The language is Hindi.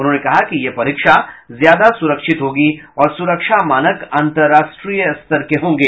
उन्होंने कहा कि यह परीक्षा ज्यादा सुरक्षित होगी और सुरक्षा मानक अंतरराष्ट्रीय स्तर के होंगे